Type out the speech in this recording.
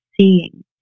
seeing